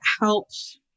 helps